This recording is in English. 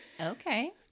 Okay